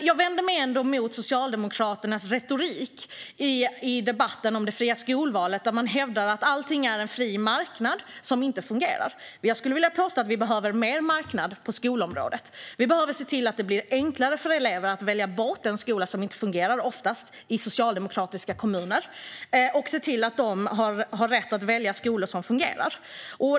Jag vänder mig ändå emot Socialdemokraternas retorik i debatten om det fria skolvalet. Man hävdar att allting är en fri marknad som inte fungerar. Jag skulle vilja påstå att vi behöver mer marknad på skolområdet. Vi behöver se till att det blir enklare för elever att välja bort en skola som fungerar, oftast i socialdemokratiskt styrda kommuner. Vi ska se till att de har rätt att välja skolor som fungerar.